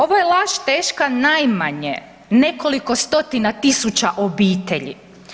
Ovo je laž teška najmanje nekoliko stotina tisuća obitelji.